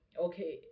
okay